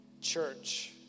church